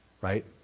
right